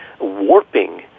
warping